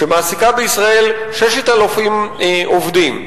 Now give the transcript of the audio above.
שמעסיקה בישראל 6,000 עובדים,